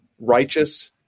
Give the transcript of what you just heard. righteous